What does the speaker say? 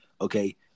Okay